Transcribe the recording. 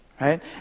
Right